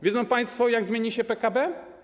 Wiedzą państwo, jak zmieni się PKB?